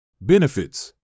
Benefits